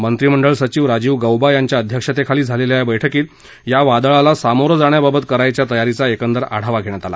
मंत्रिमंडळ सचिव राजीव गौबा यांच्या अध्यक्षेतेखाली झालेल्या या बर्क्कीत या वादळाला सामोरं जाण्याबाबत करायच्या तयारीचा एकंदर आढावा घेण्यात आला